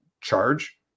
charge